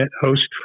host